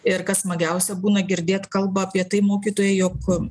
ir kas smagiausia būna girdėt kalba apie tai mokytojai jog